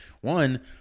One